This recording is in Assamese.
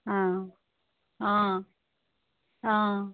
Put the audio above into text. অঁ অঁ অঁ